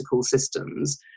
systems